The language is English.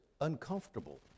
uncomfortable